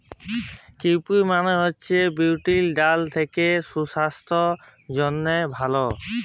cowpea মালে হছে বিউলির ডাল যেট সুসাস্থের জ্যনহে ভাল